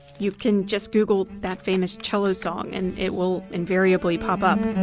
you can just google that famous cello song and it will invariably pop up.